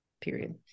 period